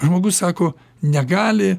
žmogus sako negali